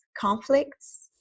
conflicts